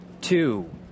two